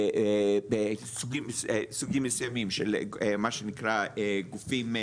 סוגים מסוימים של מה שנקרא גופים,